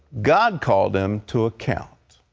god called him to account.